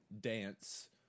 dance